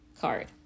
card